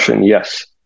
yes